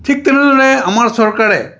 ঠিক তেনেদৰে আমাৰ চৰকাৰে